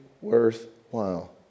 worthwhile